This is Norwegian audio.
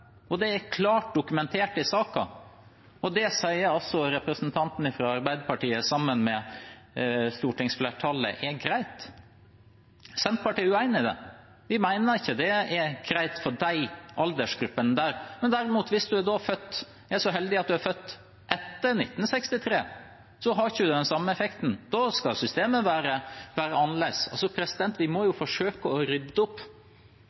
Det er klart dokumentert i saken, og det sier altså representanten fra Arbeiderpartiet, sammen med stortingsflertallet, er greit. Senterpartiet er uenig i det. Vi mener ikke det er greit for de aldersgruppene. Hvis en derimot er så heldig at en er født etter 1963, har en ikke den samme effekten. Da skal systemet være annerledes. Vi må forsøke å rydde opp,